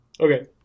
Okay